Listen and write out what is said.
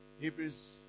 Hebrews